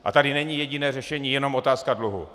A tady není jediné řešení jenom otázka dluhu.